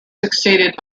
succeeded